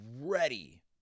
ready